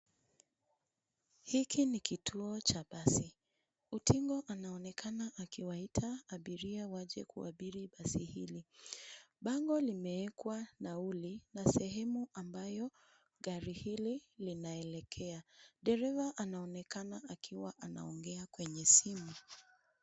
Hiki ni kituo cha basi. Utingo anaonekana akiwaita abiria waje kuabiri basi hili. Bango limeekwa nauli na sehemu ambayo gari hili linaelekea. Dereva anaonekana akiwa anaongea kwenye simu.